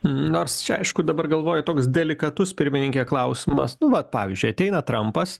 nors čia aišku dabar galvoju toks delikatus pirmininke klausimas nu vat pavyzdžiui ateina trampas